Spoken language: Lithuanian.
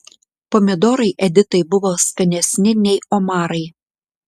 pomidorai editai buvo skanesni nei omarai